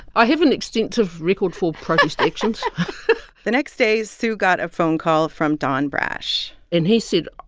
i have an extensive record for protest actions the next day, sue got a phone call from don brash and he said,